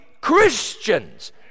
Christians